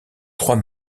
trois